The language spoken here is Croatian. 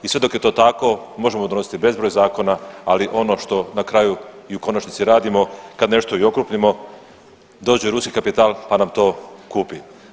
I sve dok je to tako možemo donositi bezbroj zakona, ali ono što na kraju i u konačnici radimo kad nešto i okrupnimo dođe ruski kapital pa nam to kupi.